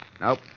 Nope